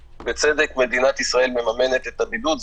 מדינת ישראל מממנת את הבידוד.